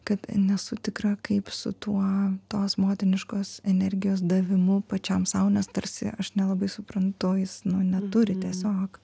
kad nesu tikra kaip su tuo tos motiniškos energijos davimu pačiam sau nes tarsi aš nelabai suprantu jis nu neturi tiesiog